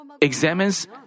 examines